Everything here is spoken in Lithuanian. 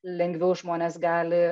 lengviau žmonės gali